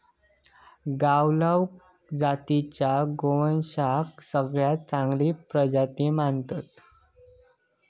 गावलाव जातीच्या गोवंशाक सगळ्यात चांगली प्रजाती मानतत